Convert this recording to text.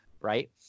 right